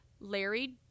Larry